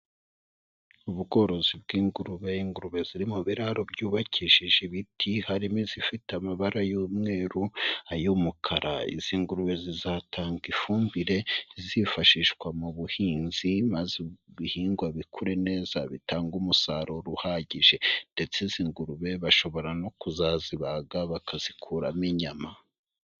Ubworozi bw'ingurube, ingurube ziri mu biraro byubakishije ibiti harimo izifite amabara y'umweru ay'umukara, izi ngurube zizatanga ifumbire izifashishwa mu buhinzi maze ibihingwa bikure neza bitanga umusaruro uhagije, ndetse iz'ingurube bashobora no kuzazibaga bakazikuramo inyama.